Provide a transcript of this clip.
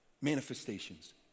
manifestations